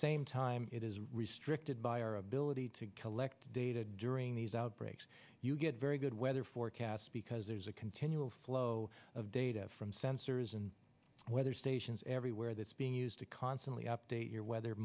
same time it is restricted by our ability to collect data during these outbreaks you get very good weather forecasts because there's a continual flow of data from sensors and weather stations everywhere that's being used to constantly update your weather